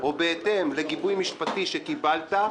או בהתאם לגיבוי משפטי שקיבלת,